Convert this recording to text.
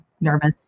nervous